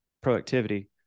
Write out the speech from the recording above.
productivity